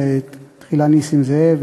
תחילה נסים זאב,